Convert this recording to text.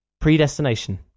Predestination